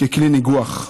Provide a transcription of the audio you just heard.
ככלי ניגוח.